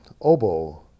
oboe